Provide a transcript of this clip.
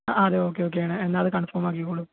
ആ അതേ ഓക്കേ ഒക്കെയാണ് എന്നാൽ അത് കൺഫേം ആക്കിക്കോളൂ